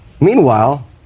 Meanwhile